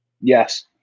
Yes